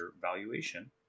valuation